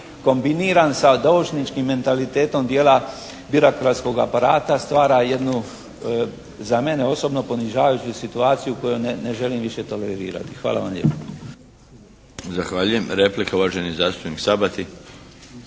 kombiniran sa doušničkim mentalitetom dijela birokratskog aparata stvara jednu za mene osobno ponižavajuću situaciju koju ne želim više tolerirati. Hvala vam lijepo.